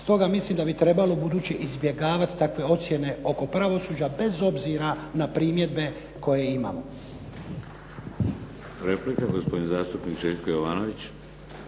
Stoga mislim da bi trebalo ubuduće izbjegavati takve ocjene oko pravosuđa, bez obzira na primjedbe koje imam. **Šeks, Vladimir (HDZ)** Replika, gospodin zastupnik Željko Jovanović.